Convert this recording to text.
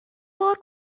بار